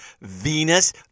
Venus